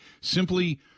simply